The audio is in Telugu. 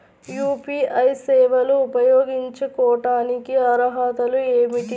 యూ.పీ.ఐ సేవలు ఉపయోగించుకోటానికి అర్హతలు ఏమిటీ?